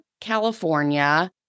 California